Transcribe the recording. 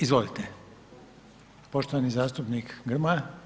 Izvolite, poštovani zastupnik Grmoja.